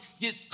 get